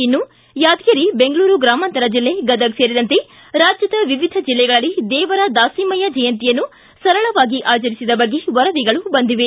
ಇನ್ನು ಯಾದಗಿರಿ ಬೆಂಗಳೂರು ಗ್ರಾಮಾಂತರ ಜಿಲ್ಲೆ ಗದಗ್ ಸೇರಿದಂತೆ ರಾಜ್ಯದ ವಿವಿಧ ಜಿಲ್ಲೆಗಳಲ್ಲಿ ದೇವರ ದಾಸಿಮಯ್ಯ ಜಯಂತಿಯನ್ನು ಸರಳವಾಗಿ ಆಚರಿಸಿದ ಬಗ್ಗೆ ವರದಿಗಳು ಬಂದಿವೆ